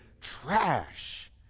trash